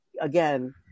again